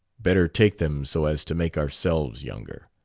better take them so as to make ourselves younger.